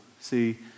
See